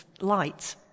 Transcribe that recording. light